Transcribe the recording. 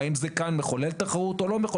האם זה מחולל תחרות או לא?